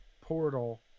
portal